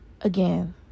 Again